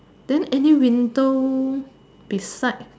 then any window beside